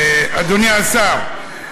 אדוני השר,